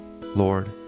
Lord